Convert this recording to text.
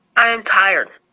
i am tired.